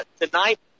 tonight